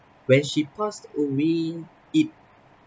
when she passed away it